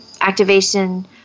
activation